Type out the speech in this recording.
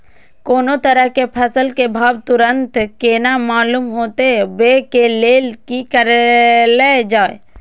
कोनो तरह के फसल के भाव तुरंत केना मालूम होते, वे के लेल की करल जाय?